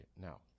now